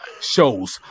shows